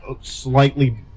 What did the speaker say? slightly